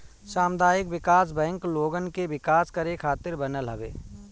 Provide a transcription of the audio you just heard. सामुदायिक विकास बैंक लोगन के विकास करे खातिर बनल हवे